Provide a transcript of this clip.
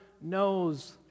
knows